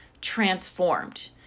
transformed